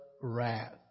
wrath